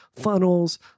funnels